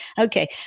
Okay